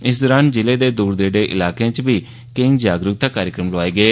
इस दौरान जिले दे दूर दरेडे इलाकें च बी केईं जागरूकता कार्यक्रम लोआए गे